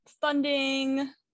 funding